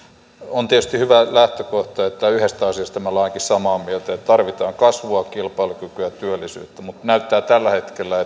on tietysti hyvä lähtökohta että yhdestä asiasta me olemme ainakin samaa mieltä tarvitaan kasvua kilpailukykyä ja työllisyyttä mutta näyttää tällä hetkellä